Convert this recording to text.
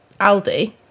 Aldi